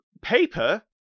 paper